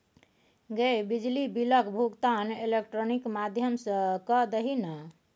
गै बिजली बिलक भुगतान इलेक्ट्रॉनिक माध्यम सँ कए दही ने